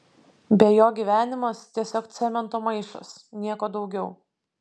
be jo gyvenimas tiesiog cemento maišas nieko daugiau